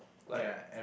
like